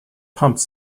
pumped